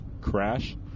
Crash